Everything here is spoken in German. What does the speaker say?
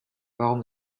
warum